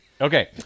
okay